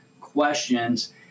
questions